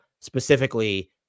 specifically